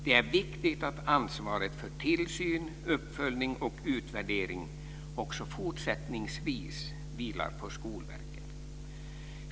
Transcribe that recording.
Det är viktigt att ansvaret för tillsyn, uppföljning och utvärdering också fortsättningsvis vilar på Skolverket.